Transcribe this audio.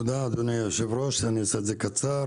תודה אדוני היושב-ראש, אעשה את זה קצר.